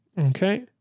Okay